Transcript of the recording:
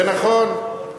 זה נכון.